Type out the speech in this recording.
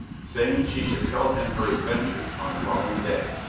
saying she should tell him her adventures on the following day.